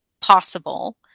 possible